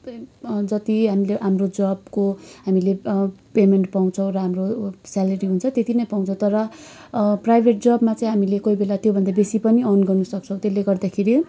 जति हामीले हाम्रो जबको हामीले पेमेन्ट पाउँछौँ राम्रो स्यालरी हुन्छ त्यति नै पाउँछ तर प्राइभेट जबमा चाहिँ हामीले कोही बेला त्योभन्दा बेसी पनि अर्न गर्नसक्छौँ त्यसले गर्दाखेरि